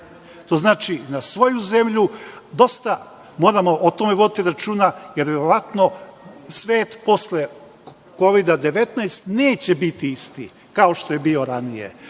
to znači, na svoju zemlju. Dosta o tome moramo voditi računa, jer verovatno svet posle Kovida–19 neće biti isti kao što je bio ranije,